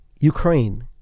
Ukraine